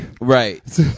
Right